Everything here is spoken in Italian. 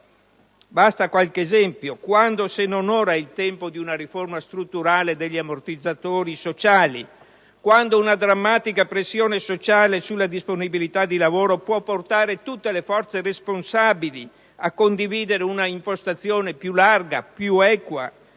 Basta qualche esempio. Quando, se non ora, il tempo di una riforma strutturale degli ammortizzatori sociali? Ora, che una drammatica pressione sociale sulla disponibilità di lavoro può portare tutte le forze responsabili a condividere un'impostazione più larga, più equa,